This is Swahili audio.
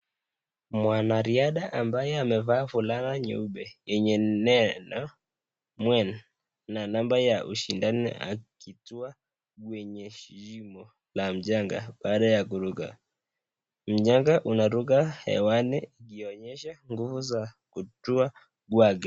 Mwanariadha ambaye amevaa fulana nyeupe yenye neno mwen na number ya shindano akitua kwenye shimo la mjanga baada ya kuruka. Mjanga inaruka hewani kuonyesha nguvu za kutua kwake.